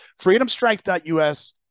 Freedomstrength.us